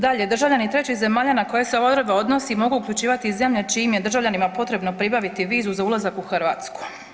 Dalje, državljani trećih zemalja na koje se ova odredba odnosi mogu uključivati i zemlje čijim je državljanima potrebno pribaviti vizu za ulazak u Hrvatsku.